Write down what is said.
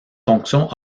fonction